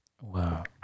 Wow